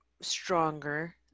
stronger